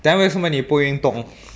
then 为什么你不运动